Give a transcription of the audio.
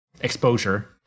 exposure